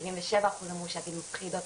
שבעים ושבעה אחוז אומרים שהעתיד מפחיד אותם.